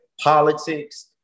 politics